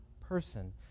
person